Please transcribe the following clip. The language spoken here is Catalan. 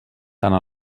tant